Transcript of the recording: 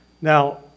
Now